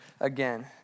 again